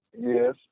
Yes